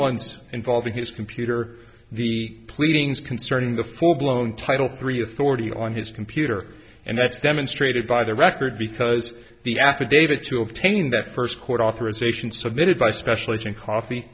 ones involving his computer the pleadings concerning the full blown title three authority on his computer and that's demonstrated by the record because the affidavit to obtain that first court authorization submitted by special agent coffee